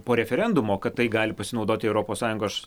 po referendumo kad tai gali pasinaudoti europos sąjungos